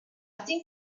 think